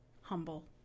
humble